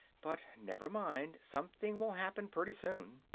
but never mind something will happen pretty soon.